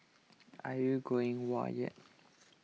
are you going whoa yet